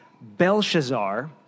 Belshazzar